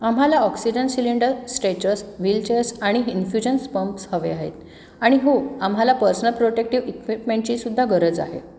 आम्हाला oxygen cylinder stretchers wheelchairs आणि infusions pumps हवे आहेत आणि हो आम्हाला पर्सनल प्रोटेक्टिव्ह इक्विपमेंटची सुद्धा गरज आहे